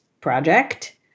project